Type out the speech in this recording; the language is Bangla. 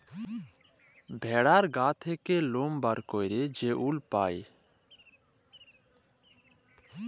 ভেড়ার গা থ্যাকে লম বাইর ক্যইরে যে উল পাই অল্পাকা